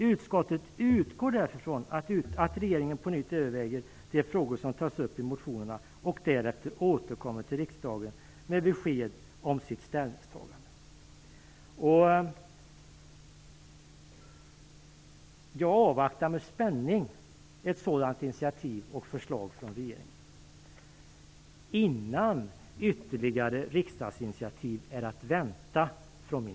Utskottet utgår därför från att regeringen på nytt överväger de frågor som tas upp i motionerna och därefter återkommer till riksdagen med besked om sitt ställningstagande." Jag avvaktar med spänning ett sådant initiativ och förslag från regeringen innan ytterligare riksdagsinitiativ är att vänta från mig.